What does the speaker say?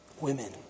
women